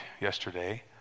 yesterday